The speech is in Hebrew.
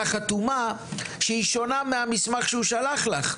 חתומה שהיא שונה מהמסמך שהוא שלח לך.